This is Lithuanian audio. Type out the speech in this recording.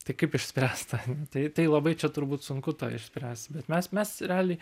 tai kaip išspręst tą tai tai labai čia turbūt sunku tą išspręst bet mes mes realiai